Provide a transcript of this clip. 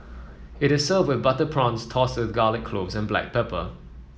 it is served with butter prawns tossed with garlic clove and black pepper